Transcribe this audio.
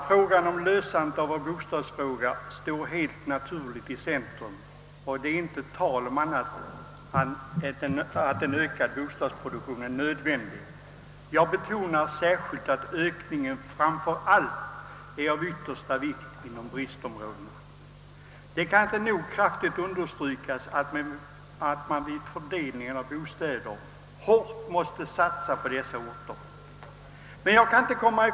Frågan om lösandet av våra bostadsproblem står helt naturligt i centrum, och det är inte tu tal om att en ökad bostadsproduktion är nödvändig. Jag vill särskilt betona att det framför allt är av yttersta vikt att produktionen ökar i bristområdena. Det kan inte nog kraftigt understrykas att man vid fördelningen av bostäder måste satsa hårdast på de orterna.